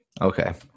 okay